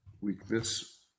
weakness